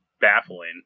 baffling